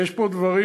יש פה דברים,